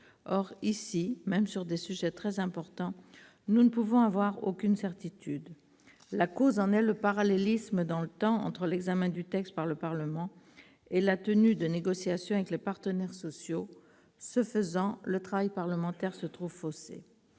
Or, ici, même sur des sujets très importants, nous ne pouvons avoir aucune certitude, en raison du parallélisme entre l'examen du texte par le Parlement et la tenue de négociations avec les partenaires sociaux. Le travail parlementaire s'en trouve faussé.